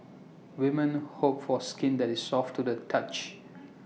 women hope for skin that is soft to the touch